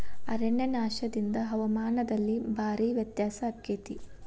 ಅರಣ್ಯನಾಶದಿಂದ ಹವಾಮಾನದಲ್ಲಿ ಭಾರೇ ವ್ಯತ್ಯಾಸ ಅಕೈತಿ